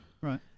Right